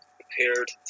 prepared